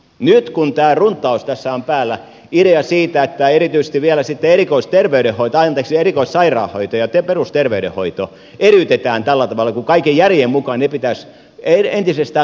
nyt tämä runttaus tässä on päällä idea siitä että erityisesti vielä sitten erikoissairaanhoito ja perusterveydenhoito eriytetään tällä tavalla kun kaiken järjen mukaan ne pitäisi entisestään koordinoida